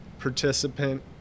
participant